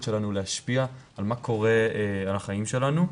שלנו להשפיע על מה קורה בחיים שלנו,